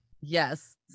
Yes